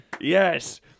Yes